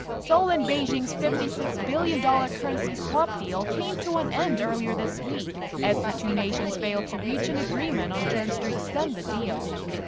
seoul and beijing's fifty six billion dollar currency swap deal came to an end earlier this week. as the two nations failed to reach an agreement on terms to extend the deal.